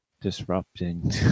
disrupting